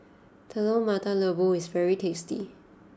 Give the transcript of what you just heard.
Telur Mata Lembu is very tasty